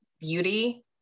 beauty